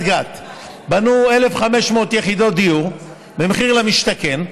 גת בנו 1,500 יחידות דיור במחיר למשתכן,